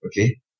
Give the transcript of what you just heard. okay